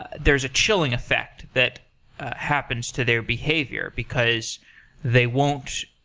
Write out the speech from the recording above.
ah there's a chilling effect that happens to their behavior, because they won't